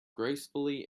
gracefully